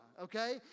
Okay